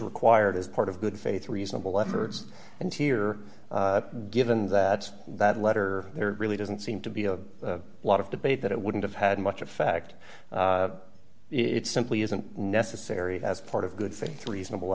required as part of good faith reasonable efforts and here given that that letter there really doesn't seem to be a lot of debate that it wouldn't have had much effect it simply isn't necessary as part of good faith reasonable